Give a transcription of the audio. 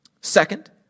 Second